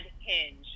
Hinge